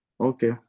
okay